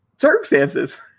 circumstances